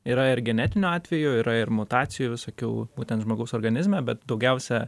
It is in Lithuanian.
yra ir genetinių atvejų yra ir mutacijų visokių būtent žmogaus organizme bet daugiausia